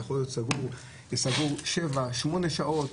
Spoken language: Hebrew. יכול להיות סגור שבע שמונה שעות,